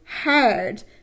hard